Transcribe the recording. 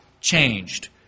changed